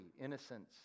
innocence